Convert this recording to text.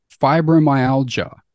fibromyalgia